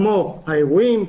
כמו האירועים,